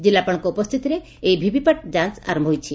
କିଲ୍ଲାପାଳଙ୍କ ଉପସ୍ଥିତିରେ ଏହି ଭିଭିପାଟ୍ ଯାଞ ଆର ହୋଇଛି